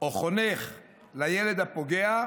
או חונך לילד הפוגע,